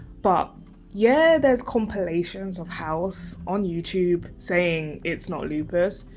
but yeah, there's compilations of house on youtube saying it's not lupus,